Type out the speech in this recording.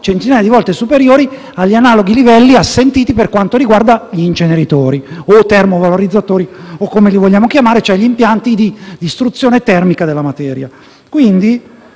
centinaia di volte superiori agli analoghi livelli assentiti per quanto riguarda gli inceneritori, i termovalorizzatori o come li vogliamo chiamare quando ci riferiamo agli impianti di distruzione termica della materia.